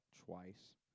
twice